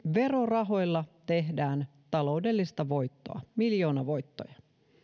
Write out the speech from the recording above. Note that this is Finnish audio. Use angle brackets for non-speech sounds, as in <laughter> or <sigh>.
<unintelligible> verorahoilla tehdään taloudellista voittoa miljoonavoittoja